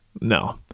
No